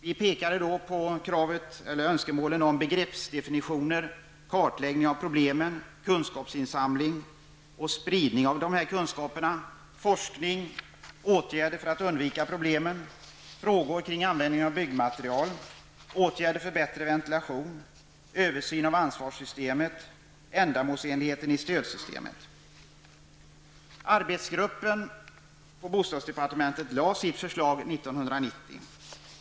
Vi pekade på önskemålen om begreppsdefinitioner, en kartläggning av problemen, kunskapsinsamling, spridning av kunskaper, forskning, åtgärder för att undvika problem, användningen av olika byggmaterial, åtgärder för att åstadkomma bättre ventilation, en översyn av ansvarssystemet samt ändamålsenligheten i stödsystemet. Bostadsdepartementets arbetsgrupp lade fram sitt förslag 1990.